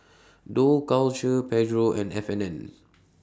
Dough Culture Pedro and F and N